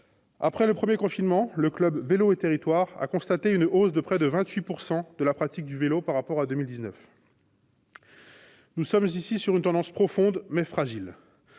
Après le premier confinement, le club Vélo et Territoires a constaté une hausse de près de 28 % de la pratique du vélo par rapport à 2019. Il s'agit là d'une tendance profonde, mais fragile.